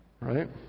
Right